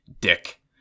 dick